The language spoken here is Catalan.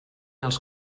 els